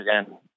again